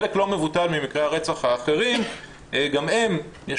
חלק לא מבוטל ממקרי הרצח האחרים גם הם יש